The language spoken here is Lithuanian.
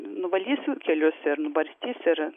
nuvalysiu kelius ir nubarstys ir